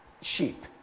sheep